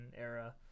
era